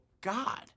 God